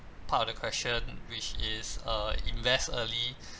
part of the question which is uh invest early